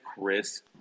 Chris